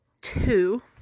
two